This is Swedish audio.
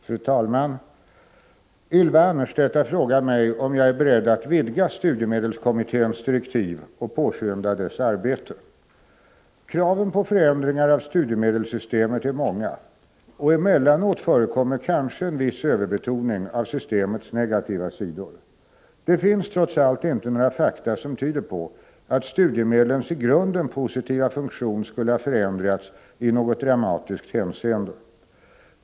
Fru talman! Ylva Annerstedt har frågat mig om jag är beredd att vidga studiemedelskommitténs direktiv och påskynda dess arbete. Kraven på förändringar av studiemedelssystemet är många, och emellanåt förekommer kanske en viss överbetoning av systemets negativa sidor. Det finns trots allt inte några fakta som tyder på att studiemedlens i grunden positiva funktion skulle ha förändrats i något dramatiskt hänseende.